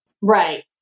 Right